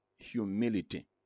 humility